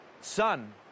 son